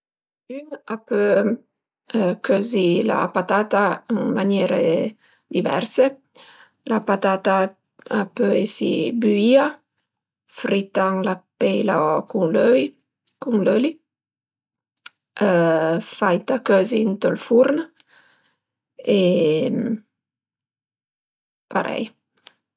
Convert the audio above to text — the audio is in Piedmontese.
Ün a pöl cözi la patata ën maniere diverse, la patata a pö esi büìa, frita ën la peila cun l'öli, faita cözi ënt ël furn e parei